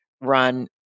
run